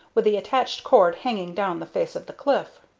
with the attached cord hanging down the face of the cliff.